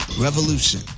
revolution